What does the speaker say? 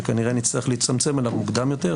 שכנראה נצטרך להצטמצם אליו מוקדם יותר,